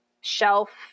shelf